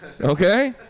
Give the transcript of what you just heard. okay